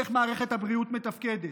איך מערכת הבריאות מתפקדת,